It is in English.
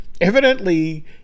evidently